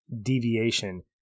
deviation